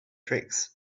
tricks